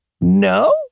No